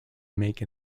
make